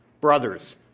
brothers